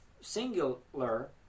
singular